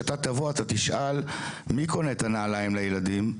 כשאתה תבוא אתה תשאל מי קונה את הנעליים לילדים?